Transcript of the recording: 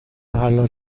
حلال